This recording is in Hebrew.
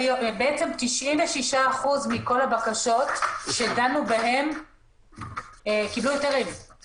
96% מכל הבקשות שדנו בהן קיבלו היתרים;